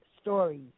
stories